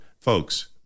Folks